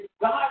God